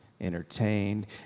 entertained